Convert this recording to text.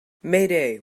mayday